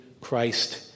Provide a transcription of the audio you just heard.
Christ